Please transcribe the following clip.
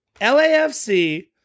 LAFC